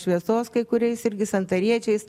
šviesos kai kuriais irgi santariečiais